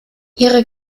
ihre